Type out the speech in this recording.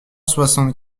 soixante